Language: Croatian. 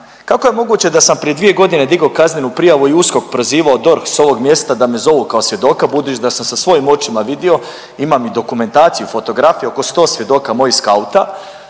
Kako je moguće da sam prije 2.g. digao kaznenu prijavu i USKOK prozivao i DORH s ovog mjesta da me zovu kao svjedoka budući da sam sa svojim očima vidio, imam i dokumentaciju i fotografiju oko 100 svjedoka mojih skauta,